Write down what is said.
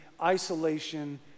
isolation